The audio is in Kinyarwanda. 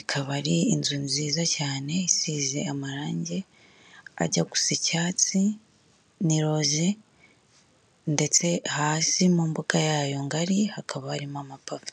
ikaba ari inzu nziza cyane isize amarangi ajya gusa icyatsi n'iroze, ndetse hasi mu mbuga yayo ngari hakaba harimo amapave.